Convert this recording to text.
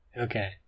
Okay